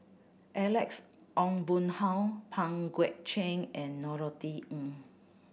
Alex Ong Boon Hau Pang Guek Cheng and Norothy Ng